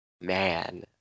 man